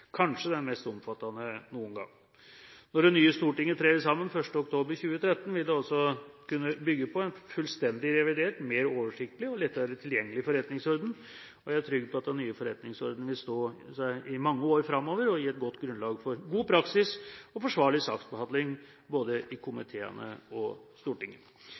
mest omfattende noen gang. Når det nye Stortinget trer sammen 1. oktober 2013, vil det også kunne bygge på en fullstendig revidert, mer oversiktlig og lettere tilgjengelig forretningsorden. Jeg er trygg på at den nye forretningsordenen vil stå seg i mange år framover, og gi et godt grunnlag for god praksis og forsvarlig saksbehandling, både i komiteene og i Stortinget.